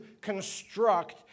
construct